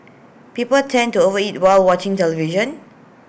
people tend to over eat while watching television